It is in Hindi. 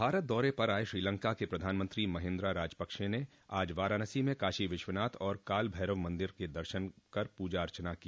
भारत दौरे पर आये श्रीलंका के प्रधानमंत्री महिन्द्रा राजपक्षे ने आज वाराणसी में काशी विश्वनाथ और काल भैरव मंदिर के दर्शन कर पूजा अर्चना की